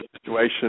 situation